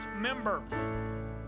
member